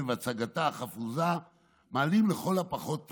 והצגתה החפוזה מעלים לכל הפחות תמיהות.